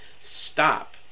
stop